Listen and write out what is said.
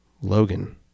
Logan